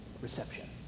reception